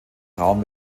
raum